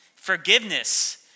Forgiveness